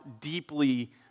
deeply